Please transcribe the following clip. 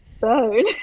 bone